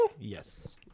Yes